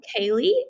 kaylee